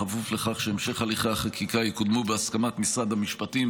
בכפוף לכך שהליכי החקיקה בהמשך יקודמו בהסכמת משרד המשפטים,